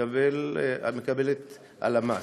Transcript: באינפורמציה שמקבלת הלמ"ס.